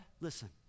listen